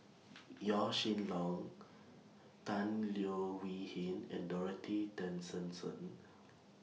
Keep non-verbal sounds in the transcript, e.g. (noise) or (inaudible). (noise) Yaw Shin Leong Tan Leo Wee Hin and Dorothy Tessensohn (noise)